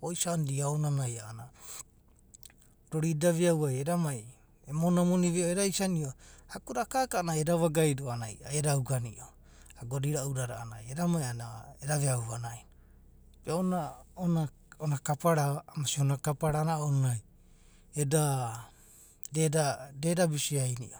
voisandia aonanai a’anana, rori da eda veau ei, eda mai ona moni veo eda isario, ago da kaka a’anana ai eda vagai dono a’anana ai eda uganio, agoda inau dada a’anana eda mai, eda veau vanai no, ona, ona kapara, amasia ona kapara ounanai eda, da eda bisi ai nio,